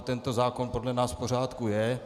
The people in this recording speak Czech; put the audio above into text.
Tento zákon podle nás v pořádku je.